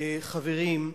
חברים,